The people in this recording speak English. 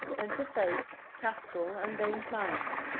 enter face, kastril, and dame pliant.